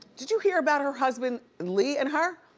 did you hear about her husband, lee, and her?